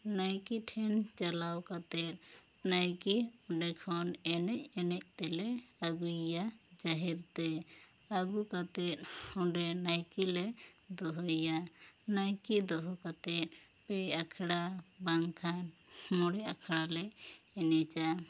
ᱱᱟᱭᱠᱤ ᱴᱷᱮᱱ ᱪᱟᱞᱟᱣ ᱠᱟᱛᱮᱜ ᱱᱟᱭᱠᱮ ᱚᱸᱰᱮ ᱠᱷᱚᱱ ᱮᱱᱮᱡ ᱮᱱᱮᱡ ᱛᱮ ᱞᱮ ᱟᱹᱜᱩᱭ ᱭᱟ ᱡᱟᱦᱮᱨ ᱛᱮ ᱟᱹᱜᱩ ᱠᱟᱛᱮᱜ ᱚᱸᱰᱮ ᱱᱟᱭᱠᱮ ᱞᱮ ᱫᱚᱦᱚᱭ ᱭᱟ ᱱᱟᱭᱠᱮ ᱫᱚᱦᱚ ᱠᱟᱛᱮ ᱯᱮ ᱟᱠᱷᱲᱟ ᱵᱟᱝ ᱠᱷᱟᱱ ᱢᱚᱬᱮ ᱟᱠᱷᱲᱟ ᱞᱮ ᱮᱱᱮᱡᱟ